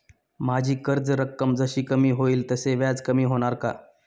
माझी कर्ज रक्कम जशी कमी होईल तसे व्याज कमी होणार का?